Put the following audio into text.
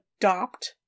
adopt